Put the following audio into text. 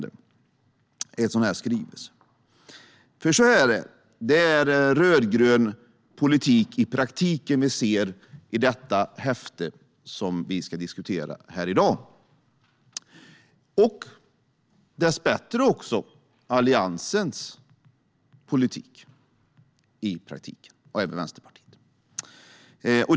Det är i praktiken rödgrön politik som vi ser i det häfte som vi ska diskutera här i dag och dessbättre också Alliansens och Vänsterpartiets politik.